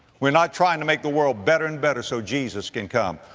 we're not trying to make the world better and better so jesus can come.